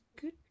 good